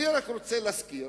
אני רק רוצה להזכיר